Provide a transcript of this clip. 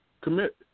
Commit